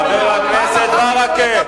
חבר הכנסת ברכה.